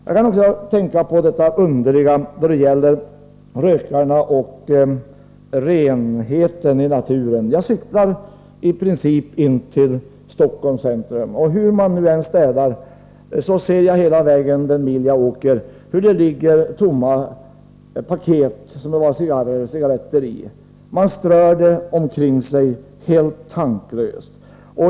Jag tänker också på det underliga förhållandet när det gäller rökarna och renheten i naturen. Jag cyklar in till Stockholms centrum. Hur man nu än städar ser jag hela vägen, den mil jag åker, hur det ligger tomma paket som det har varit cigarrer eller cigaretter i. Man strör dem omkring sig helt tanklöst.